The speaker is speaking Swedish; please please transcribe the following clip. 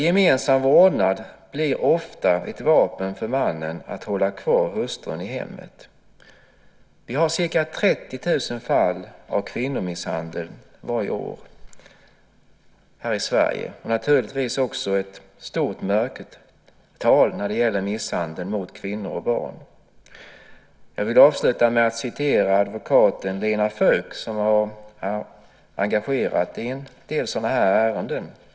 Gemensam vårdnad blir ofta ett vapen för mannen att hålla kvar hustrun i hemmet. Vi har ca 30 000 fall av kvinnomisshandel varje år här i Sverige. Vi har också ett stort mörkertal när det gäller misshandel av kvinnor och barn. Jag vill avsluta med att citera advokaten Lena Feuk, som har engagerat sig i sådana här ärenden.